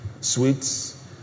sweets